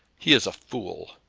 he is a fool.